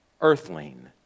earthling